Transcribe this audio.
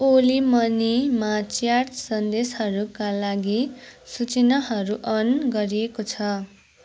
ओली मनीमा च्याट सन्देशहरूका लागि सूचनाहरू अन गरिएको छ